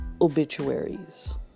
obituaries